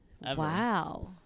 wow